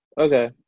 Okay